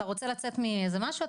אתה רוצה לצאת מאיזה משהו,